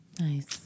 Nice